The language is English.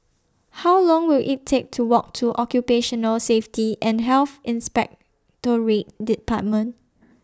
How Long Will IT Take to Walk to Occupational Safety and Health Inspectorate department